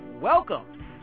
Welcome